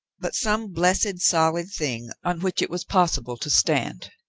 but some blessed solid thing on which it was possible to stand.